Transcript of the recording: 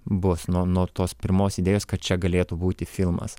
bus nuo nuo tos pirmos idėjos kad čia galėtų būti filmas